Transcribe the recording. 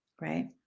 right